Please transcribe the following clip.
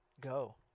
go